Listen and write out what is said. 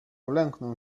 ulęknę